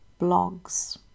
blogs